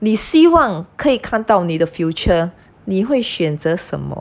你希望可以看到你的 future 你会选择什么